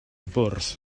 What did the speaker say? bwrdd